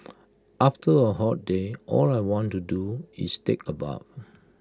after A hot day all I want to do is take A bath